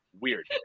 weird